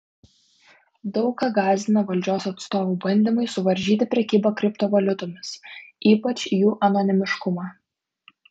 daug ką gąsdina valdžios atstovų bandymai suvaržyti prekybą kriptovaliutomis ypač jų anonimiškumą